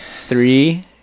Three